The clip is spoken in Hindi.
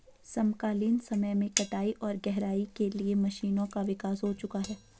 समकालीन समय में कटाई और गहराई के लिए मशीनों का विकास हो चुका है